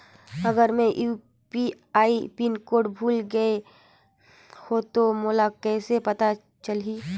अगर मैं UPI pin भुल गये हो तो मोला कइसे पता चलही?